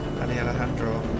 Alejandro